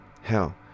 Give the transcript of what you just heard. Hell